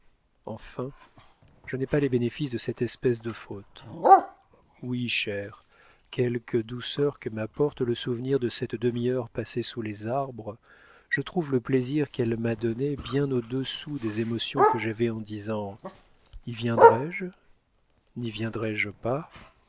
enfin je n'ai pas les bénéfices de cette espèce de faute oui chère quelque douceur que m'apporte le souvenir de cette demi-heure passée sous les arbres je trouve le plaisir qu'elle m'a donné bien au-dessous des émotions que j'avais en disant y viendrai je n'y viendrai je pas